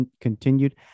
continued